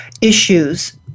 issues